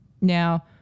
Now